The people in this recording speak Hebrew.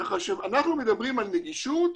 ככה שאנחנו מדברים על נגישות,